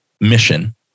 mission